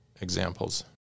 examples